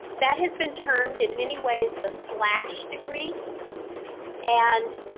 that has been termed in many ways the slash degree and